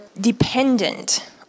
dependent